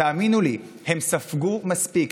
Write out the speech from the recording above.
תאמינו לי, הם ספגו מספיק.